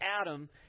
Adam